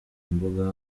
mbuga